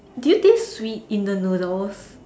do you taste sweet in the noodles